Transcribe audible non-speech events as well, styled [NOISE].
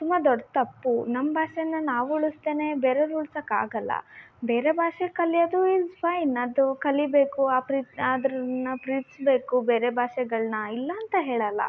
ತುಂಬ ದೊಡ್ಡ ತಪ್ಪು ನಮ್ಮ ಭಾಷೆನ ನಾವು ಉಳಿಸದೇನೆ ಬೇರೆಯವರು ಉಳ್ಸಕೆ ಆಗಲ್ಲ ಬೇರೆ ಭಾಷೆ ಕಲಿಯೋದು ಈಸ್ ಫೈನ್ ಅದು ಕಲಿಬೇಕು [UNINTELLIGIBLE] ಅದರನ್ನ ಪ್ರೀತಿಸ್ಬೇಕು ಬೇರೆ ಭಾಷೆಗಳನ್ನ ಇಲ್ಲ ಅಂತ ಹೇಳಲ್ಲ